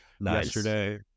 yesterday